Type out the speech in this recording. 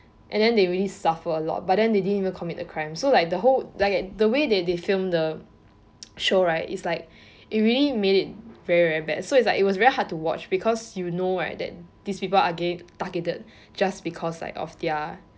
and then they really suffer a lot but then they didn't even commit a crime so like the whole like the way that they film the show right is like it really made it very very bad so it's like it is very hard to watch because you know right that these people are targeted just because of like their